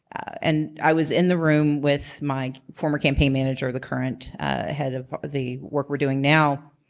and i was in the room with my former campaign manager, the current head of the work we're doing now.